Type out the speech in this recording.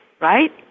right